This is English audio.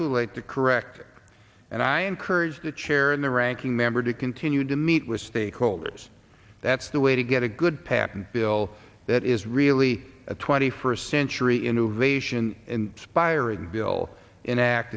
too late to correct it and i encourage the chair and the ranking member to continue to meet with stakeholders that's the way to get a good path and bill that is really a twenty first century innovation speier and bill enact